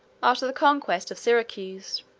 after the conquest of syracuse.